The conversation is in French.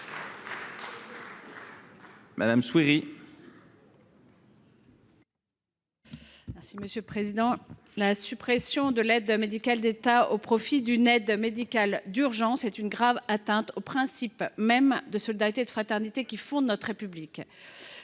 l’article. La suppression de l’aide médicale de l’État au profit d’une aide médicale d’urgence est une grave atteinte aux principes mêmes de solidarité et de fraternité qui fondent notre République.